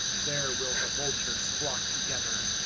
there will the vultures flock together.